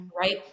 Right